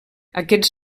aquests